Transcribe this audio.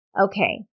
Okay